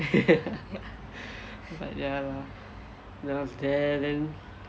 but ya lah that one is then then